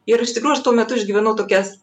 ir iš tikrųjų aš tuo metu išgyvenau tokias